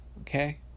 okay